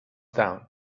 down